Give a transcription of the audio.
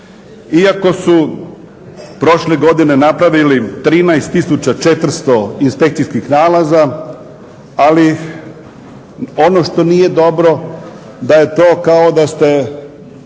iako su prošle godine napravili 13400 inspekcijskih nalaza. Ali ono što nije dobro da je to kao da ste